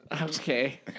Okay